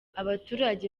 abaturage